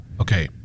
Okay